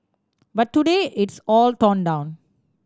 but today it's all torn down